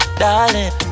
darling